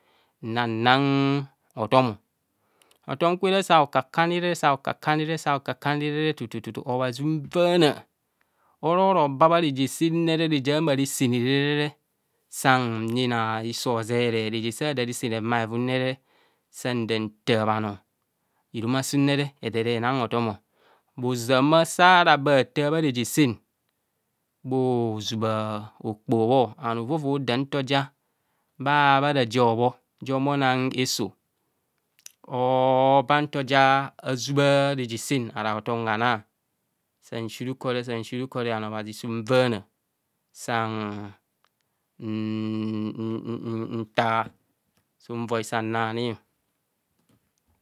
Na nang hotom, hotom kwere, saokaka nire, saokaka nire saokaka nire tututu obhazi uvaana, arora ba bha reje senne reje ma re senne re re re, sang nyina hiso hozeree, reje sa da resense hevumawum re, sang da kaa bhanọọ, hirumasum re, re, edere nang hotom, ozana saa ra bee hataa bha reje sen, bho zubha okpoho bho and hovovo dạm, nto ja bha raje hobho jo humo nang eso, hoba nto ja azuba reje sen aharaa hotom hanaa. Sa shi rukore ano obhazi su- vanaa san nn nnn nta woi sa na ni.